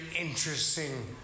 interesting